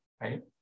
right